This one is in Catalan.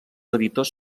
editors